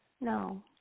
No